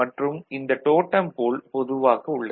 மற்றும் இந்த டோட்டம் போல் பொதுவாக உள்ளது